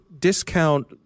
discount